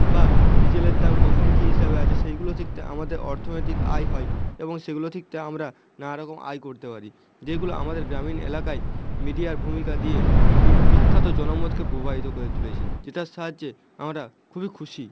বা ডিজেলের দাম কখন কী হিসাবে আছে সেইগুলোর দিকটা আমাদের অর্থনৈতিক আয় হয় এবং সেগুলো দিকটা আমরা নানা রকম আয় করতে পারি যেগুলো আমাদের গ্রামীণ এলাকায় মিডিয়ার ভূমিকা দিয়ে বিখ্যাত জনমতকে প্রবাহিত করে তুলেছে যেটার সাহায্যে আমরা খুবই খুশি